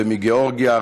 ואחד מגיאורגיה,